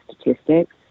statistics